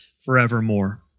forevermore